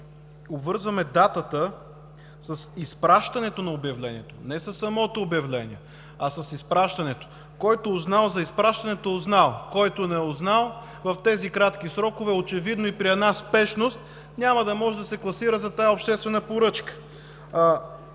обвързваме датата с изпращането на обявлението – не със самото обявление, а с изпращането. Който узнал за изпращането, узнал, който не узнал в тези кратки срокове, очевидно и при една спешност няма да може да се класира за тази обществена поръчка.